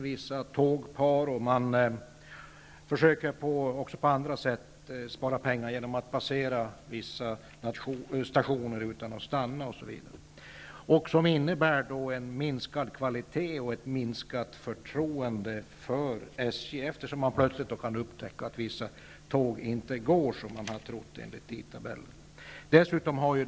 Vissa tågpar skall ställas in, och tågen skall passera en del stationer utan att stanna. Detta innebär en minskad kvalitet och ett minskat förtroende för SJ, eftersom man kan upptäcka att vissa tåg inte går som man enligt tidtabellen haft anledning att tro.